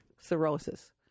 cirrhosis